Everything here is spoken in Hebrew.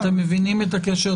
אתם מבינים את הקשר,